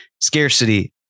scarcity